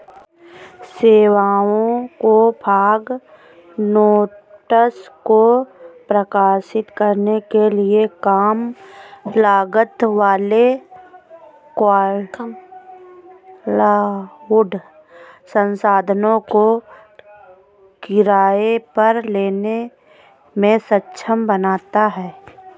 सेवाओं और fog nodes को प्रकाशित करने के लिए कम लागत वाले क्लाउड संसाधनों को किराए पर लेने में सक्षम बनाता है